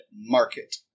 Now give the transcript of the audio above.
market